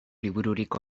libururik